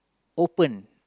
open